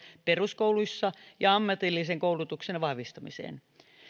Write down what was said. peruskouluissa ja ammatillisen koulutuksen vahvistamiseksi